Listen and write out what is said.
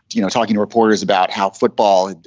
you know, talking to reporters about how football,